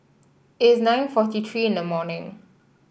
it is nine forty three in the morning